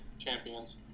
champions